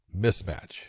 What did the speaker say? mismatch